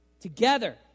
Together